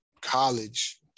college